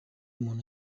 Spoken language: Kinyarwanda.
muntu